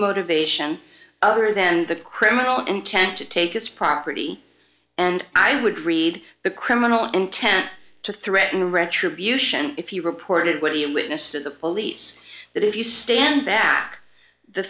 motivation other than the criminal intent to take his property and i would read the criminal intent to threaten retribution if you reported where you witnessed to the police that if you stand